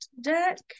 deck